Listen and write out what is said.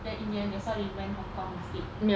then in the end that's why we went hong-kong instead